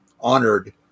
honored